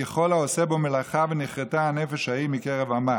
כי כל העֹשה בה מלאכה ונכרתה הנפש ההיא מקרב עמיה".